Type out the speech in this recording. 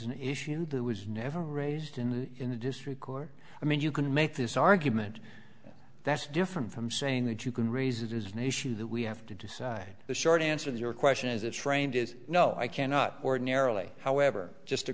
an issue that was never raised in the district court i mean you can make this argument that's different from saying that you can raise it as an issue that we have to decide the short answer to your question is a trained is no i cannot ordinarily however just to